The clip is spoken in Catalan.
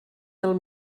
del